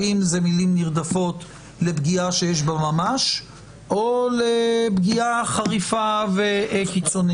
האם זה מילים נרדפות לפגיעה שיש בה ממש או לפגיעה חריפה וקיצונית?